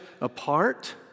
apart